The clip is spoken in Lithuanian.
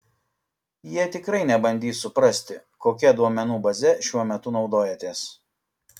jie tikrai nebandys suprasti kokia duomenų baze šiuo metu naudojatės